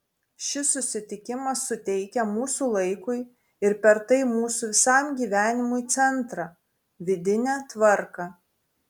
šis susitikimas suteikia mūsų laikui ir per tai mūsų visam gyvenimui centrą vidinę tvarką